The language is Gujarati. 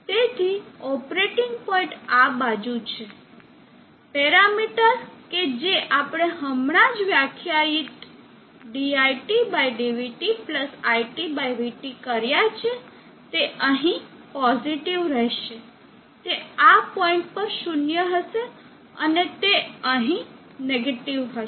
તેથી ઓપરેટિંગ પોઇન્ટ આ બાજુ છે પેરામીટર કે જે આપણે હમણાં જ વ્યાખ્યાયિત diTdvT iTvT કર્યા છે તે અહીં પોઝિટિવ રહેશે તે આ પોઇન્ટ પર 0 હશે અને તે અહીં નેગેટીવ હશે